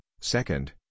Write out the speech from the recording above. second